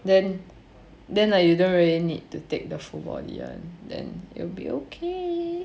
then then like you don't really need to take the full body one then it will be okay